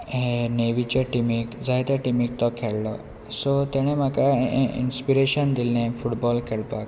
हे नेवीच्या टिमीक जाय त्या टिमीक तो खेळ्ळो सो ताणें म्हाका इन्स्पिरेशन दिल्लें फुटबॉल खेळपाक